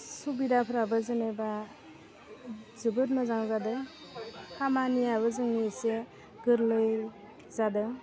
सुबिदाफ्राबो जेनेबा जोबोद मोजां जादों खामानियाबो जों इसे गोरलै जादों